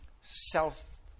self